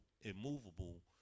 immovable